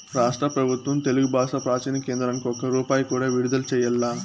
రాష్ట్ర పెబుత్వం తెలుగు బాషా ప్రాచీన కేంద్రానికి ఒక్క రూపాయి కూడా విడుదల చెయ్యలా